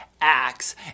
acts